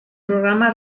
programa